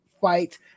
fight